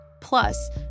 Plus